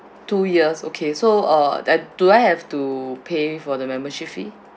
two years okay so uh I do I have to pay for the membership fee